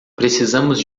precisamos